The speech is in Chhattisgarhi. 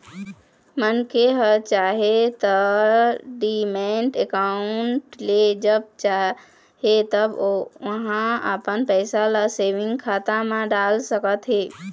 मनखे ह चाहय त डीमैट अकाउंड ले जब चाहे तब ओहा अपन पइसा ल सेंविग खाता म डाल सकथे